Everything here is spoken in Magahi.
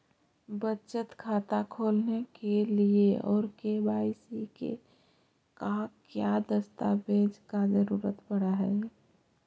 बचत खाता खोलने के लिए और के.वाई.सी के लिए का क्या दस्तावेज़ दस्तावेज़ का जरूरत पड़ हैं?